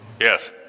Yes